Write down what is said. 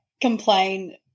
complain